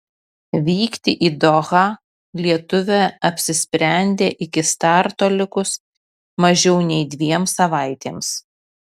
vykti į dohą lietuvė apsisprendė iki starto likus mažiau nei dviem savaitėms